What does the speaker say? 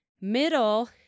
Middle